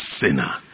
sinner